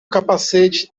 capacete